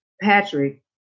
Patrick